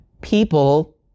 People